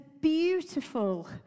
beautiful